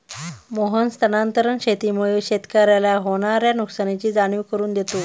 मोहन स्थानांतरण शेतीमुळे शेतकऱ्याला होणार्या नुकसानीची जाणीव करून देतो